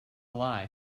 lie